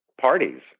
parties